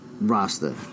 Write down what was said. Rasta